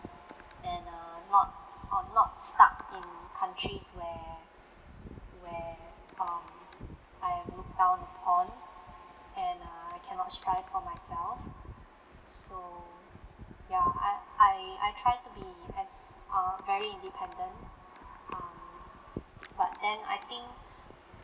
and uh not or not stuck in countries where where um I am look down upon and uh I cannot strive for myself so ya I I I try to be pes~ uh very independent um but then I think